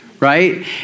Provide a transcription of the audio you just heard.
Right